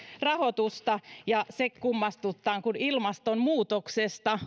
rahoitusta ja se kummastuttaa kun ilmastonmuutoksen